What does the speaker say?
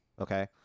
okay